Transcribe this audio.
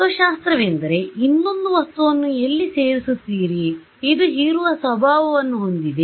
ತತ್ವಶಾಸ್ತ್ರವೆಂದರೆ ಇನ್ನೊಂದು ವಸ್ತುವನ್ನು ಇಲ್ಲಿ ಸೇರಿಸುತ್ತೀರಿ ಇದು ಹೀರುವ ಸ್ವಭಾವವನ್ನು ಹೊಂದಿದೆ